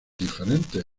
diferentes